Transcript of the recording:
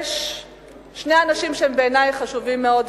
יש שני אנשים שהם בעיני חשובים מאוד,